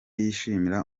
yishimira